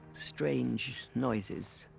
strange. noises.